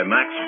Max